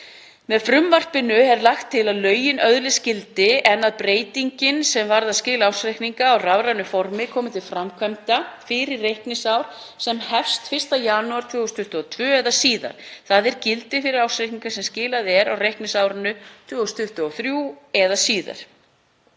Með frumvarpinu er lagt til að lögin öðlist gildi en að breytingin sem varðar skil ársreikninga á rafrænu formi komi til framkvæmda fyrir reikningsár sem hefst 1. janúar 2022 eða síðar, þ.e. gildi fyrir ársreikninga sem skilað er á reikningsárinu 2023 eða síðar.